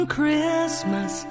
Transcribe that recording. Christmas